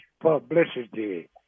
publicity